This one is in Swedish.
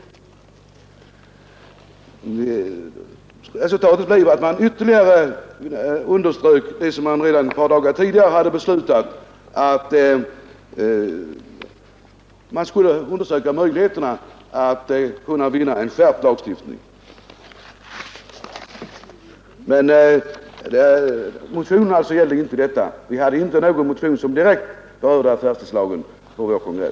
Och resultatet av den motionen blev att man ytterligare underströk vad som ett par dagar tidigare hade beslutats, nämligen att man skulle undersöka möjligheterna att skärpa lagstiftningen. Men motionen gällde som sagt inte affärstidslagen. Vi hade inte på vår kongress någon motion som direkt berörde den lagen.